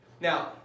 Now